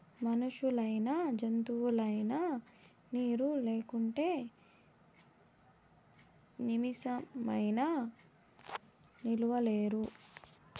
మనుషులైనా జంతువులైనా నీరు లేకుంటే నిమిసమైనా నిలువలేరు